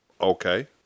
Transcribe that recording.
okay